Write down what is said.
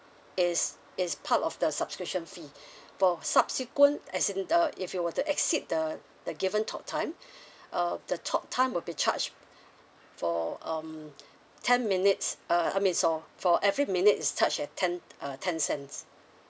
it's it's part of the subscription fee for subsequent as in uh if you were to exceed the the given talk time uh the talk time will be charged for um ten minutes uh I mean so for every minute is charged at ten uh ten cents